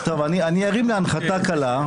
אני ארים להנחתה קלה,